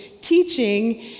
teaching